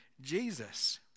Jesus